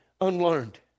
unlearned